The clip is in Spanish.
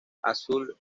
azul